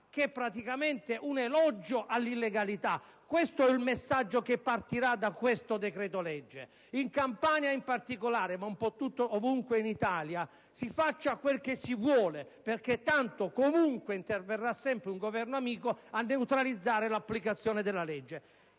che è praticamente un elogio all'illegalità? Questo è il messaggio che uscirà da questo decreto-legge: in Campania in particolare, ma un po' ovunque in Italia, si faccia quel che si vuole perché tanto, comunque, interverrà sempre un Governo amico che neutralizzerà l'applicazione della legge.